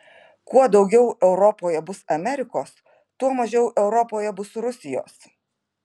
kuo daugiau europoje bus amerikos tuo mažiau europoje bus rusijos